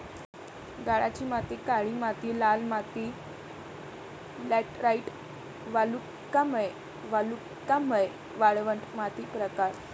गाळाची माती काळी माती लाल माती लॅटराइट वालुकामय वालुकामय वाळवंट माती प्रकार